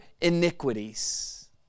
iniquities